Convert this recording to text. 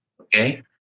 okay